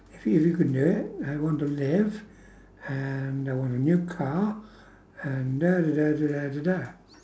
if you you can do it I want to live and I want a new car and